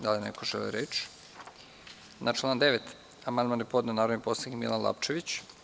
Da li neko želi reč? (Ne) Na član 9. amandman je podneo narodni poslanik Milan Lapčević.